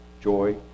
joy